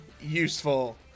useful